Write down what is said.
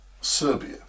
Serbia